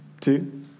Two